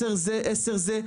10 זה ו- 10 זה,